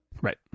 Right